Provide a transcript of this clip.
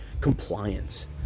compliance